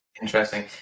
Interesting